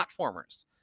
platformers